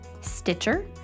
Stitcher